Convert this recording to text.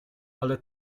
ale